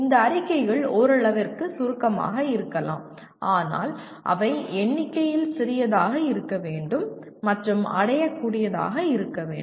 இந்த அறிக்கைகள் ஓரளவிற்கு சுருக்கமாக இருக்கலாம் ஆனால் அவை எண்ணிக்கையில் சிறியதாக இருக்க வேண்டும் மற்றும் அடையக் கூடியதாக இருக்க வேண்டும்